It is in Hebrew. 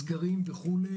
סגרים וכו',